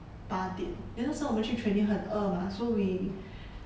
八点 then 那时候我们去 training 很饿 mah so we